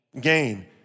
gain